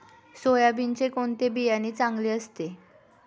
सोयाबीनचे कोणते बियाणे चांगले असते?